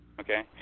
Okay